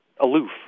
aloof